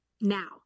now